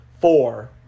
four